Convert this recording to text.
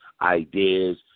ideas